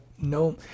no